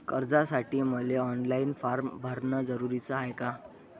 कर्जासाठी मले online form भरन जरुरीच हाय का?